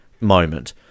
moment